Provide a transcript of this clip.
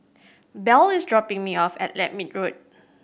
Bell is dropping me off at Lermit Road